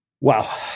Wow